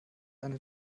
eine